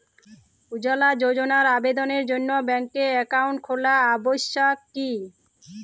উজ্জ্বলা যোজনার আবেদনের জন্য ব্যাঙ্কে অ্যাকাউন্ট খোলা আবশ্যক কি?